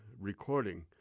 recording